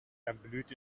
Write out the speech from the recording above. erblüht